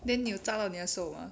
then 你有炸到你的手 mah